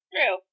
True